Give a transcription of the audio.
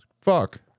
Fuck